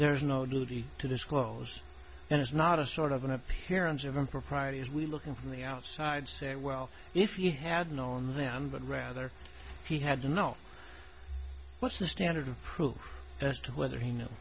there is no duty to disclose and it's not a sort of an appearance of impropriety is we looking from the outside say well if he had known them but rather he had to know what's the standard of proof as to whether